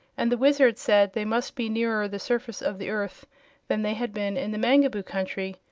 and the wizard said they must be nearer the surface of the earth then they had been in the mangaboo country,